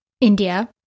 India